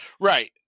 Right